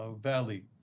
Valley